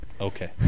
Okay